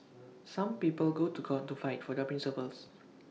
some people go to court to fight for their principles